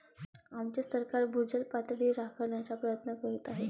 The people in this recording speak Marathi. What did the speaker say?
आमचे सरकार भूजल पातळी राखण्याचा प्रयत्न करीत आहे